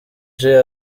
jay